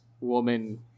woman